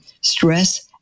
stress